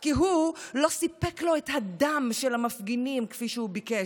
כי הוא לא סיפק לו את הדם של המפגינים כפי שהוא ביקש,